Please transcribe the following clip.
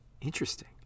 Interesting